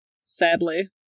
Sadly